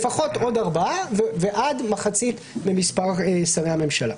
לפחות עוד ארבעה ועד מחצית מספר שרי הממשלה.